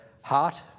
heart